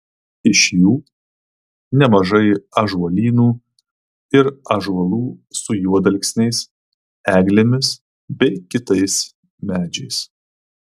iš jų nemažai ąžuolynų ir ąžuolų su juodalksniais eglėmis bei kitais medžiais